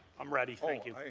um ready, thank you.